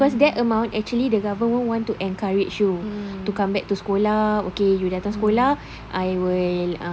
because that amount actually the government want to encourage you to come back to sekolah okay you datang sekolah I will